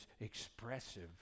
expressive